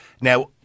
Now